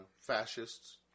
fascists